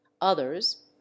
Others